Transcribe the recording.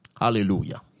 Hallelujah